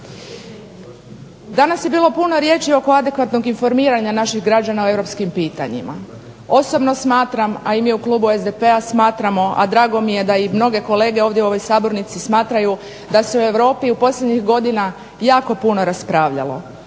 Danas je bilo puno riječi oko adekvatnog informiranja naših građana o europskim pitanjima. Osobno smatram a i mi u klubu SDP-a smatramo a drago mi je da i mnoge kolege ovdje u ovoj sabornici smatraju da se u Europi posljednjih godina jako puno raspravljalo